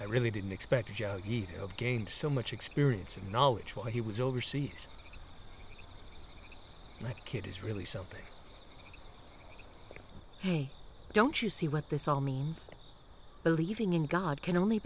i really didn't expect he gained so much experience and knowledge while he was overseas like it is really something hey don't you see what this all means believing in god can only